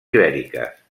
ibèriques